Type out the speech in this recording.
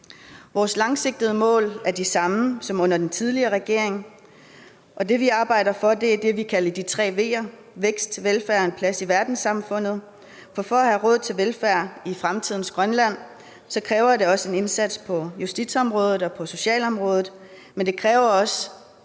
Vores langsigtede mål er de samme som under den tidligere regering, og det, vi arbejder for, er det, vi kalder de tre V'er: vækst, velfærd og en plads i verdenssamfundet. For for at have råd til velfærd i fremtidens Grønland kræver det en indsats på justitsområdet og på socialområdet, men det kræver også